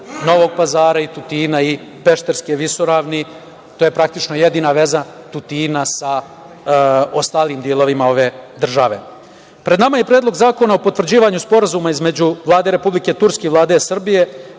Novog Pazara i Tutina, i Pešterske visoravni. To je praktično jedina veza Tutina sa ostalim delovima ove države. Pred nama je Predlog zakona o potvrđivanju sporazuma između Vlade Republike Turske i Vlade Srbije,